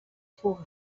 fuga